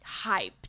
hyped